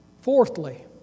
Fourthly